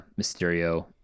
Mysterio